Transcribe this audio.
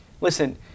Listen